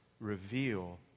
reveal